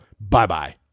Bye-bye